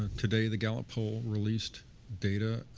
today the gallup poll released data